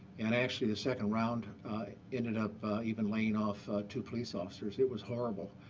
and actually the second round ended up even laying off two police officers. it was horrible.